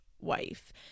wife